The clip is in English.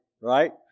right